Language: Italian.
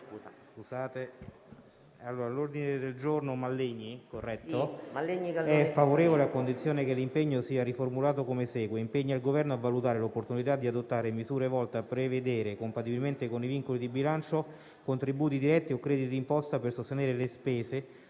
quanto riguarda l'ordine del giorno G8-*bis*.1, il parere è favorevole a condizione che il dispositivo sia riformulato come segue: «impegna il Governo a valutare l'opportunità di adottare misure volte a prevedere, compatibilmente con i vincoli di bilancio, contributi diretti o crediti di imposta per sostenere le spese